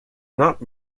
not